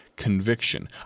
Conviction